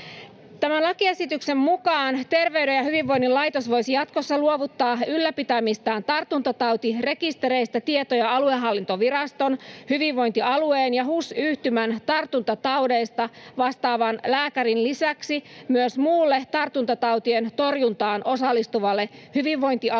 Tämän lakiesityksen mukaan Terveyden ja hyvinvoinnin laitos voisi jatkossa luovuttaa ylläpitämistään tartuntatautirekistereistä tietoja aluehallintoviraston, hyvinvointialueen ja HUS-yhtymän tartuntataudeista vastaavan lääkärin lisäksi myös muulle tartuntatautien torjuntaan osallistuvalle hyvinvointialueen